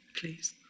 please